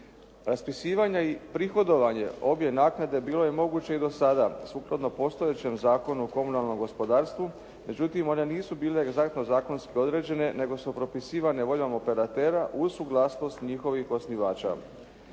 Raspisivanje i prihodovanje obje naknade bilo je moguće i do sada sukladno postojećem Zakonu o komunalnom gospodarstvu međutim, one nisu bile egzaktno zakonski određene nego su propisivane voljom operativa uz suglasnost njihovih osnivača.